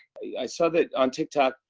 i saw that on tiktok,